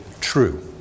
true